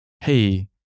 Hey